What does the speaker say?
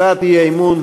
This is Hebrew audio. הצעת האי-אמון